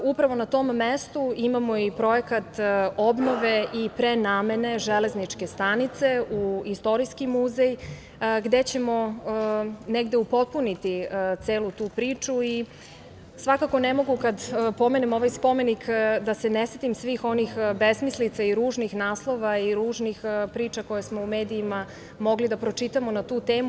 Upravo, na tom mestu imamo i projekat obnove i prenamene železničke stanice u istorijski muzej, gde ćemo negde upotpuniti celu tu priču i svakako ne mogu kada pomenem ovaj spomenik da se ne setim svih onih besmislica i ružnih naslova i ružnih priča koje smo u medijima mogli da pročitamo na tu temu.